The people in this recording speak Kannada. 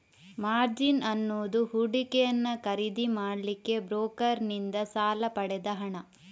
ಮಾರ್ಜಿನ್ ಅನ್ನುದು ಹೂಡಿಕೆಯನ್ನ ಖರೀದಿ ಮಾಡ್ಲಿಕ್ಕೆ ಬ್ರೋಕರನ್ನಿಂದ ಸಾಲ ಪಡೆದ ಹಣ